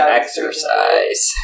exercise